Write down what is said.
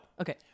Okay